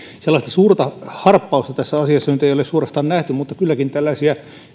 suorastaan suurta harppausta tässä asiassa ei nyt ole nähty mutta tällaisia